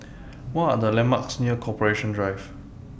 What Are The landmarks near Corporation Drive